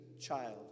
child